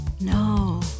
No